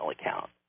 account